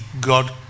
God